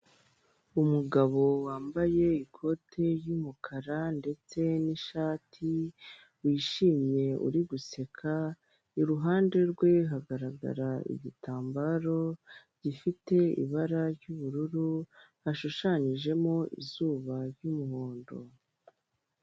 Umugabo wambaye ikote ry'umukara ndetse nshati wishimye uri guseka iruhande rwe hagarara igitambaro gifite ibara ry'ubururu ashushanyijemo izuba ry'umuhondo.